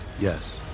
Yes